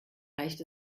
reicht